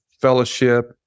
fellowship